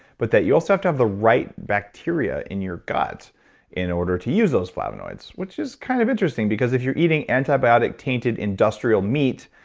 but that you also have to have the right bacteria in your gut in order to use those flavonoids, which is kind of interesting if you're eating antibiotic, tainted, industrial meat,